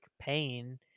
pain